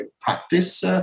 practice